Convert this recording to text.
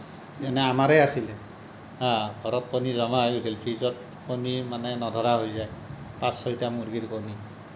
এনে আমাৰেই আছিলে হা ঘৰত কণী জমা হৈ যায় ফ্ৰিজত মানে কণী নধৰা হৈ যায় পাঁচ ছয়টা মূৰ্গীৰ কণী